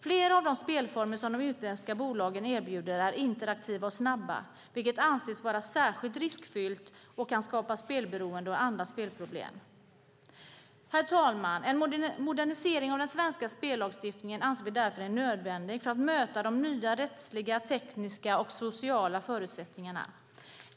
Flera av de spelformer som de utländska bolagen erbjuder är interaktiva och snabba, vilket anses vara särskilt riskfyllt och kan skapa spelberoende och andra spelproblem. Herr talman! En modernisering av den svenska spellagstiftningen anser vi därför är nödvändig för att möta de nya rättsliga, tekniska och sociala förutsättningarna.